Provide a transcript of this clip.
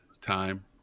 time